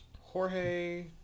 Jorge